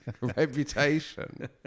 reputation